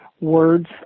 words